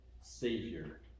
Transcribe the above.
Savior